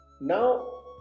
Now